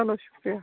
چَلو شُکریہ